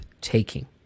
taking